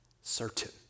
certain